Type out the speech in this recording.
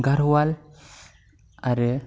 गरवाल आरो